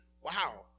wow